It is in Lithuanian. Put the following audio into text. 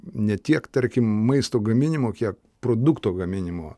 ne tiek tarkim maisto gaminimo kiek produkto gaminimo